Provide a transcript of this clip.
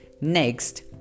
Next